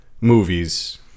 movies